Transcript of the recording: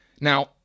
Now